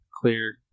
Clear